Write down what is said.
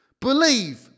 believe